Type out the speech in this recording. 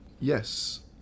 Yes